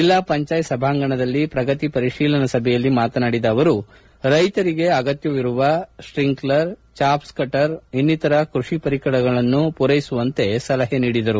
ಜಿಲ್ಲಾ ಪಂಚಾಯತ್ ಸಭಾಂಗಣದಲ್ಲಿ ಪ್ರಗತಿ ಪರಿಶೀಲನಾ ಸಭೆಯಲ್ಲಿ ಮಾತನಾಡಿದ ಅವರು ರೈತರಿಗೆ ಅಗತ್ಯವಿರುವ ಸ್ವಿಂಕ್ಷರ್ ಜಾಪ್ಸ್ ಕಟರ್ ಇನ್ನಿತರ ಕೃಷಿ ಪರಿಕರಗಳನ್ನು ಪೂರೈಸುವಂತೆ ಸಲಹೆ ನೀಡಿದರು